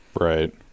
right